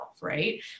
Right